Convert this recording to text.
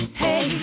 hey